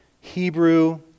Hebrew